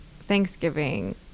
Thanksgiving